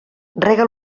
rega